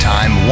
Time